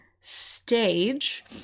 stage